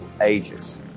ages